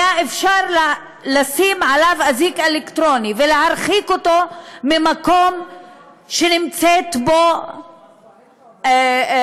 היה אפשר לשים עליו אזיק אלקטרוני ולהרחיק אותו מהמקום שנמצאת בו אשתו,